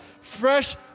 Fresh